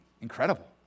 incredible